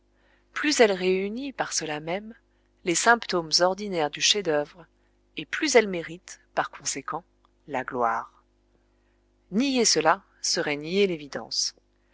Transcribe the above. plus elle réunit par cela même les symptômes ordinaires du chef-d'œuvre et plus elle mérite par conséquent la gloire nier cela serait nier l'évidence